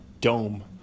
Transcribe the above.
dome